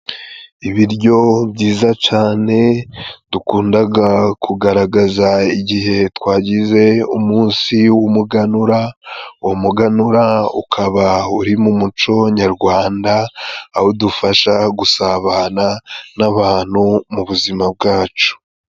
Ibiryo byiza cyane dukundaga kugaragaza igihe twagize umunsi w'umuganura. Umuganura ukaba uri mu muco nyarwanda, ahodufasha gusabana n'abantu mu buzima bwacu.